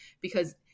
because-